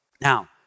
Now